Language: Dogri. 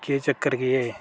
केह् चक्कर केह् ऐ एह्